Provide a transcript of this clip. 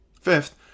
Fifth